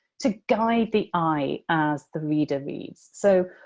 to guide the eye as the reader reads. so,